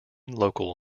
local